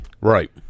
Right